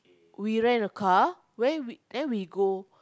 we rent a car where we then we go